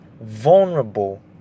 vulnerable